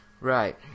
Right